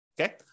okay